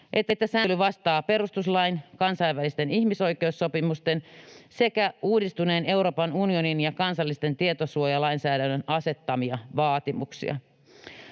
että sääntely vastaa perustuslain, kansainvälisten ihmisoikeussopimusten sekä uudistuneen Euroopan unionin ja kansallisen tietosuojalainsäädännön asettamia vaatimuksia.